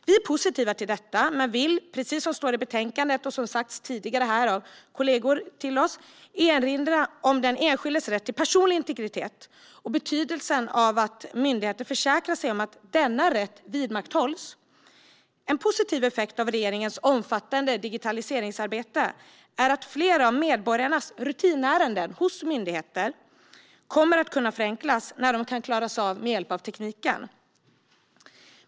Vi är positiva till detta men vill, precis som det står i betänkandet och som tidigare har sagts av kollegor, erinra om den enskildes rätt till personlig integritet och betydelsen av att myndigheter försäkrar sig om att denna rätt vidmakthålls. En positiv effekt av regeringens omfattande digitaliseringsarbete är att fler av medborgarnas rutinärenden hos myndigheter kommer att förenklas när de kan klaras av med hjälp av tekniken.